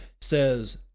says